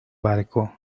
barco